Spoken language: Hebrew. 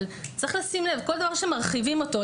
אבל צריך לשים לב שכל דבר שמרחיבים אותו,